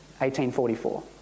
1844